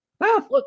Look